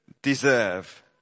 deserve